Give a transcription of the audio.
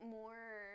more